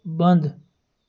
بنٛد